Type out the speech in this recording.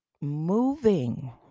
moving